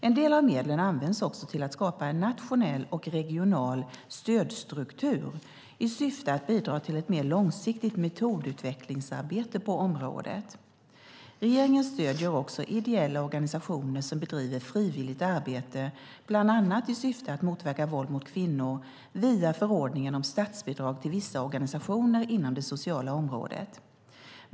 En del av medlen används också till att skapa en nationell och regional stödstruktur i syfte att bidra till ett mer långsiktigt metodutvecklingsarbete på området. Regeringen stöder också ideella organisationer som bedriver frivilligt arbete bland annat i syfte att motverka våld mot kvinnor via förordningen om statsbidrag till vissa organisationer inom det sociala området.